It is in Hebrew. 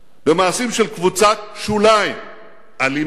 במעשים של קבוצת שוליים אלימה,